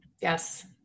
Yes